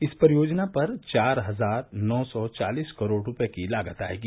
इस परियोजना पर चार हज़ार नौ सौ चालीस करोड़ रूपये की लागत आयेगी